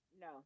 No